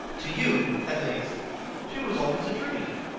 to you at least she was always a dream,